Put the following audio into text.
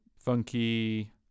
funky